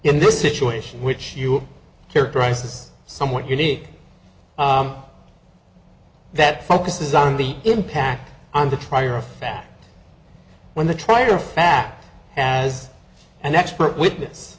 in this situation which you characterize as somewhat unique that focuses on the impact on to try or a fact when the trier of fact has an expert witness